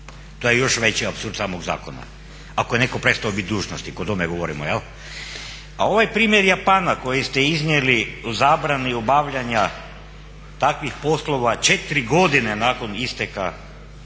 To je još veći apsurd samog zakona. Ako je netko prestao biti dužnosnik, o tome govorimo. A ovaj primjer Japana koji ste iznijeli o zabrani obavljanja takvih poslova 4 godine nakon isteka mandata